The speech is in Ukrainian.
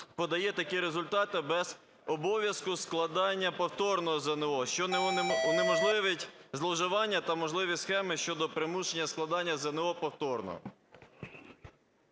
подає такі результати без обов'язку складання повторного ЗНО, що унеможливить зловживання та можливі схеми щодо примушення складання ЗНО повторно.